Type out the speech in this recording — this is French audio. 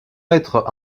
mettre